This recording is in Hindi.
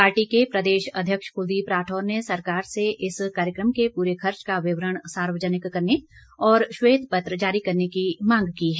पार्टी के प्रदेश अध्यक्ष कुलदीप राठौर ने सरकार से इस कार्यक्रम के पूरे खर्च का विवरण सार्वजनिक करने और श्वेत पत्र जारी करने की मांग की है